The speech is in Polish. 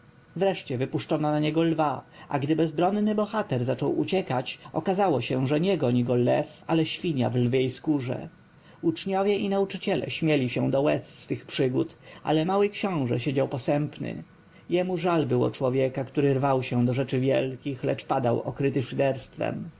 wkońcu wypuszczono na niego lwa a gdy bezbronny bohater zaczął uciekać okazało się że nie goni go lew ale świnia w lwiej skórze uczniowie i nauczyciele śmieli się do łez z tych przygód ale mały książę siedział posępny jemu żal było człowieka który rwał się do rzeczy wielkich lecz padał okryty szyderstwem